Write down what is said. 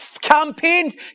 campaigns